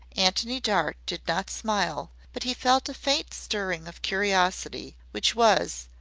antony dart did not smile, but he felt a faint stirring of curiosity, which was,